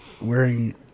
wearing